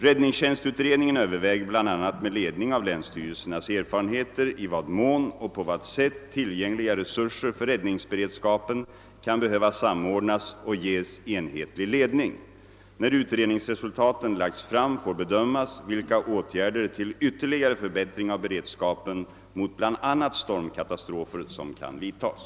Räddningstjänstutredningen överväger bl.a. med ledning av länsstyrelsernas erfarenheter i vad mån och på vad sätt tillgängliga resurser för räddningsberedskapen kan behöva samordnas och ges enhetlig ledning. När utredningsresultaten lagts fram får bedömas vilka åtgärder till ytterligare förbättring av beredskapen mot bl.a. stormkatastrofer som kan vidtas.